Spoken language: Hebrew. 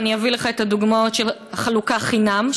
ואני אביא לך את הדוגמאות של חלוקה חינם,